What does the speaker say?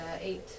eight